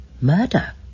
Murder